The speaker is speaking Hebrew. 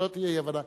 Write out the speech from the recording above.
שלא תהיה אי-הבנה.